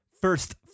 first